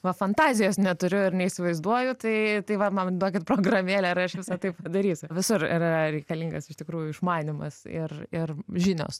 va fantazijos neturiu ir neįsivaizduoju tai tai va man duokit programėlę ir aš visa tai darysiu visur yra reikalingas iš tikrųjų išmanymas ir ir žinios